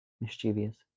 Mischievous